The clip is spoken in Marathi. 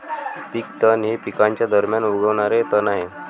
पीक तण हे पिकांच्या दरम्यान उगवणारे तण आहे